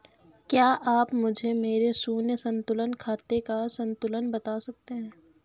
क्या आप मुझे मेरे शून्य संतुलन खाते का संतुलन बता सकते हैं?